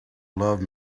love